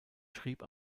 schrieb